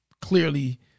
clearly